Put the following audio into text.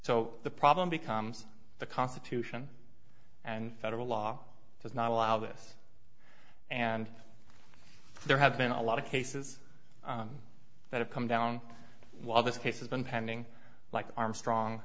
so the problem becomes the constitution and federal law does not allow this and there have been a lot of cases that have come down while this case has been pending like armstrong